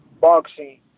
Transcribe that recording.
boxing